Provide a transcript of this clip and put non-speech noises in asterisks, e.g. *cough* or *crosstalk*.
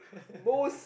*laughs*